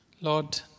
Lord